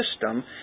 system